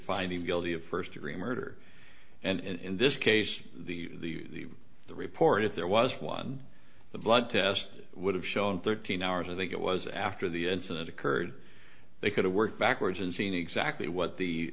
find him guilty of first degree murder and in this case the the report if there was one the blood test would have shown thirteen hours i think it was after the incident occurred they could have worked backwards and seen exactly what the